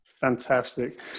fantastic